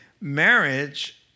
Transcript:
marriage